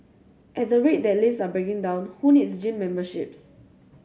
at the rate that lifts are breaking down who needs gym memberships